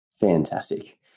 Fantastic